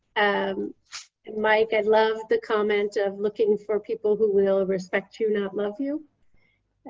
um and mike, i love the comment of looking for people who will respect you, not love you.